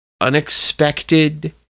unexpected